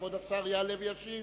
כבוד השר יעלה וישיב.